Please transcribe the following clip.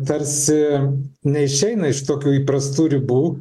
tarsi neišeina iš tokių įprastų ribų